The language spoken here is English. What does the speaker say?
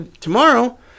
tomorrow